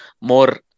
more